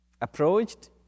approached